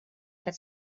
had